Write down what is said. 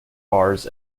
bars